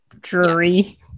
Drury